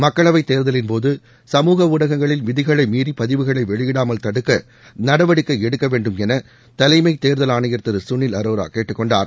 மக்களவை தேர்தலின்போது சமூக ஊடகங்களில் விதிகளை மீறி பதிவுகளை வெளியிடாமல் தடுக்க நடவடிக்கை எடுக்க வேண்டும் என தலைமை தேர்தல் ஆணையர் திரு கனில் அரோரா கேட்டுக்கொண்டார்